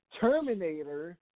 Terminator